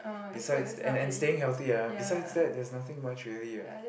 besides and and staying healthy eh besides that there's nothing much really eh